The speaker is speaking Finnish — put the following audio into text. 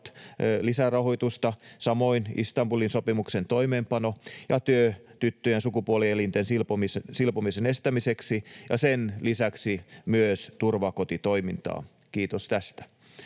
lisärahoitusta, samoin Istanbulin sopimuksen toimeenpano ja työ tyttöjen sukupuolielinten silpomisen estämiseksi, ja sen lisäksi myös turvakotitoiminta — kiitos tästä.